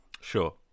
sure